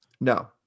No